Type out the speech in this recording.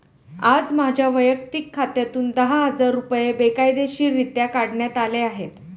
आज माझ्या वैयक्तिक खात्यातून दहा हजार रुपये बेकायदेशीररित्या काढण्यात आले आहेत